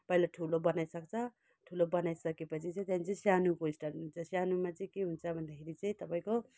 पहिला ठुलो बनाई सक्छ ठुलो बनाइसके पछि चाहिँ त्यहाँ चाहिँ सानोको स्टार्ट सानोमा चाहिँ के हुन्छ भन्दाखेरि चाहिँ तपाईँको